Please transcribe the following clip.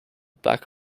back